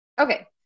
Okay